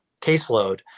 caseload